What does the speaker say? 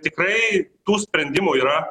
tikrai tų sprendimų yra